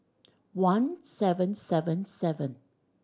one seven seven seven